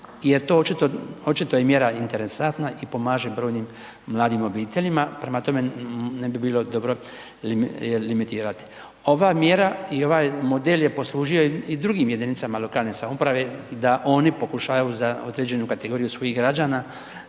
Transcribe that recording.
to očito je mjera interesantna i pomaže brojnim mladim obiteljima, prema tome, ne bi bilo dobro limitirati. Ova mjera i ovaj model je poslužio i drugim jedinicama lokalne samouprave da oni pokušavaju za određenu kategoriju svojih građana